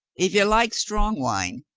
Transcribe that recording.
if you like strong wine,